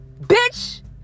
Bitch